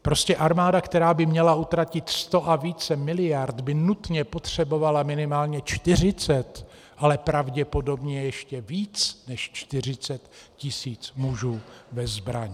Prostě armáda, která by měla utratit sto a více miliard, by nutně potřebovala minimálně 40, ale pravděpodobně ještě více než 40 tisíc mužů ve zbrani.